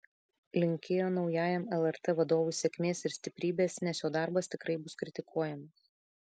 linkėjo naujajam lrt vadovui sėkmės ir stiprybės nes jo darbas tikrai bus kritikuojamas